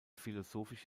philosophisch